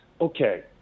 okay